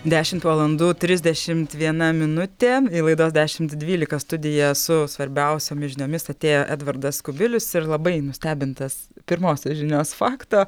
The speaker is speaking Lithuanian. dešimt valandų trisdešimt viena minutė laidos dešimt dvylika studija su svarbiausiomis žiniomis atėjo edvardas kubilius ir labai nustebintas pirmosios žinios fakto